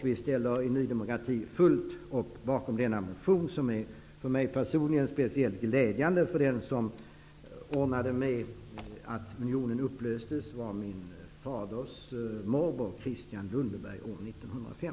Vi ställer oss i Ny demokrati helt bakom detta betänkande, som är för mig personligen speciellt glädjande. Den som ordnade med att unionen upplöstes var nämligen min faders morbror,